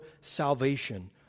salvation